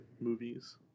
movies